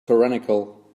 tyrannical